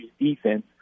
defense